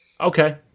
Okay